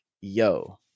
Yo